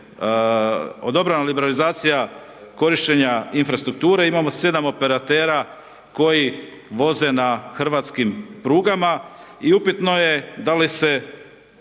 odobrena liberalizacija korištenja infrastrukture, imamo 7 operatera koji voze na hrvatskim prugama i upitno je da li se